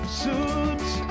suits